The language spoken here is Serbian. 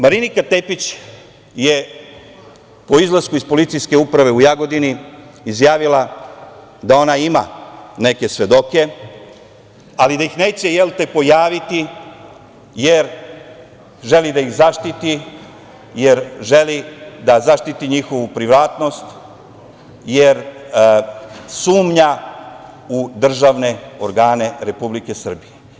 Marinika Tepić je po izlasku iz Policijske uprave u Jagodini izjavila da ona ima neke svedoke, ali da se neće pojaviti, jer želi da ih zaštiti, jer želi da zaštiti njihovu privatnost, jer sumnja u državne organe Republike Srbije.